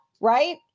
Right